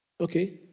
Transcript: Okay